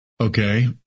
Okay